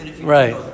Right